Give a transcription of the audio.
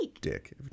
dick